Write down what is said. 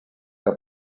que